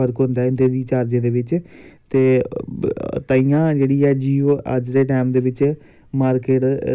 पूरा मज़ा लैना असें हून इयै गल्ल थुआढ़ै आखना चाह्ना कि एह् जेह्ड़े बी स्पोर्टस दे एह् ऐ